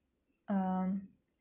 um